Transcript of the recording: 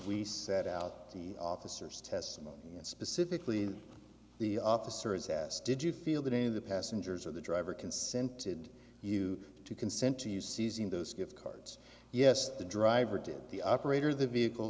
we set out the officers testimony specifically the officer is asked did you feel that any of the passengers or the driver consented you to consent to you seizing those gift cards yes the driver did the operator the vehicle